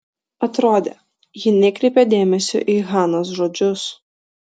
atrodė ji nekreipia dėmesio į hanos žodžius